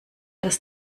dass